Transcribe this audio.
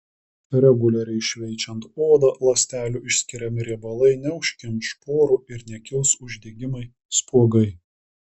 reguliariai šveičiant odą ląstelių išskiriami riebalai neužkimš porų ir nekils uždegimai spuogai